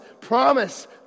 promise